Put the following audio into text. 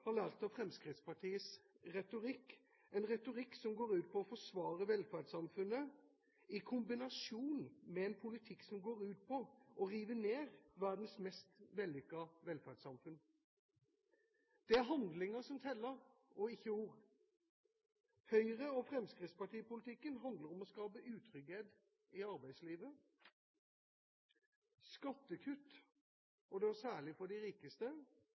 har lært av Fremskrittspartiets retorikk, en retorikk som går ut på å forsvare velferdssamfunnet, i kombinasjon med en politikk som går ut på å rive ned verdens mest vellykkede velferdssamfunn. Det er handlinger som teller og ikke ord. Høyre–Fremskrittsparti-politikken handler om å skape utrygghet i arbeidslivet, skattekutt – og da særlig for de rikeste